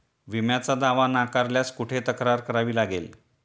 विम्याचा दावा नाकारल्यास कुठे तक्रार करावी लागेल?